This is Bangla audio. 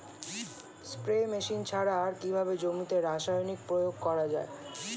স্প্রে মেশিন ছাড়া আর কিভাবে জমিতে রাসায়নিক প্রয়োগ করা যায়?